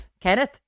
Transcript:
Kenneth